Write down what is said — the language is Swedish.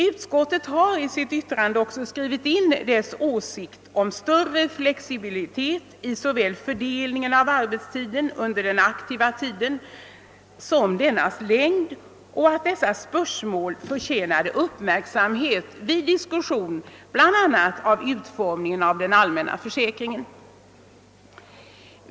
Utskottet har i sitt utlåtande också skrivit in styrelsens åsikt om större flexibilitet såväl i fördelningen av arbetstiden under den aktiva tiden som i fråga om dennas längd och att dessa spörsmål förtjänade uppmärksamhet vid diskussion bl.a. om utformningen av den allmänna försäkringen.